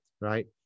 right